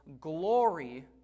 glory